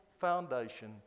foundation